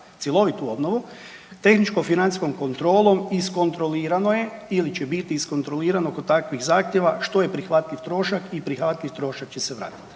cjelovitu obnovu tehničko-financijskom kontrolom iskontrolirano je ili će biti iskontrolirano kod takvih zahtjeva što je prihvatljiv trošak i prihvatljiv trošak će se vratiti